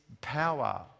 power